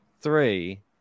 three